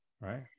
Right